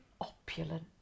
opulent